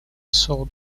saw